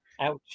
Ouch